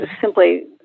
simply